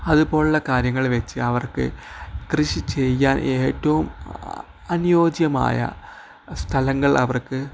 അതുപോലെയുള്ള കാര്യങ്ങള് വെച്ച് അവർക്ക് കൃഷി ചെയ്യാൻ ഏറ്റവും അനുയോജ്യമായ സ്ഥലങ്ങൾ അവർക്ക്